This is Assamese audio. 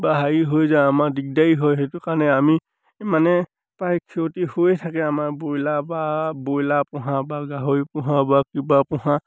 বা হেৰি হৈ যায় আমাৰ দিগদাৰী হয় সেইটো কাৰণে আমি মানে প্ৰায় ক্ষতি হৈয়ে থাকে আমাৰ ব্ৰইলাৰ বা ব্ৰইলাৰ পোহা বা গাহৰি পোহা বা কিবা পোহা